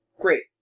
Great